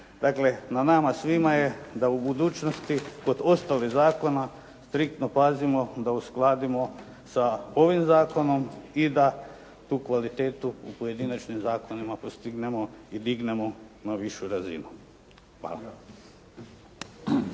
Dakle, na nama svima je da u budućnosti kod osnove zakona striktno pazimo da uskladimo sa ovim zakonom i da tu kvalitetu u pojedinačnim zakonima postignemo i dignemo na višu razinu. Hvala.